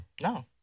No